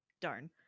Darn